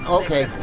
okay